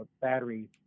battery